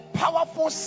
powerful